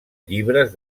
llibres